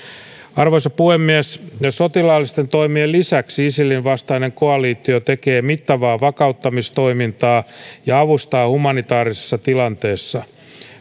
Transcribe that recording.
arvoisa puhemies sotilaallisten toimien lisäksi isilin vastainen koalitio tekee mittavaa vakauttamistoimintaa ja avustaa humanitaarisessa tilanteessa